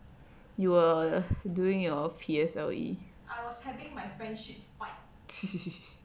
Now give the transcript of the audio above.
you were doing your P_S_L_E